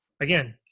again